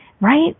Right